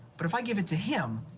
but if i give it to him,